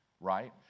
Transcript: right